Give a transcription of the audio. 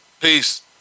Peace